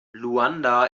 luanda